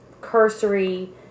cursory